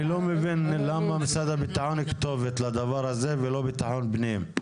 אני לא מבין למה משרד הביטחון כתובת לדבר הזה ולא ביטחון פנים.